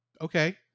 okay